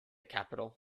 capital